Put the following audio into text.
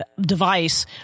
device